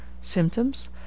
Symptoms